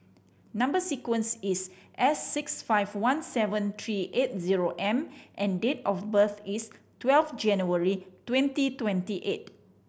number sequence is S six five one seven three eight zero M and date of birth is twelve January twenty twenty eight